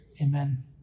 amen